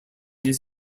his